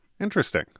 Interesting